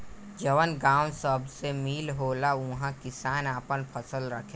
जवन गावं सभ मे मील होला उहा किसान आपन फसल राखेला